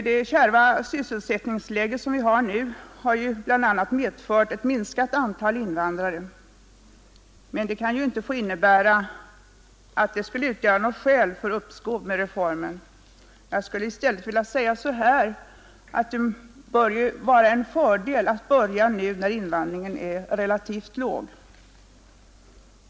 Det kärva sysselsättningsläget nu har bl.a. medfört att antalet invandrare minskat, men detta kan ju inte få utgöra något skäl för uppskov med reformen. Jag skulle i stället vilja säga att det bör vara en fördel att börja nu när invandringen är relativt låg.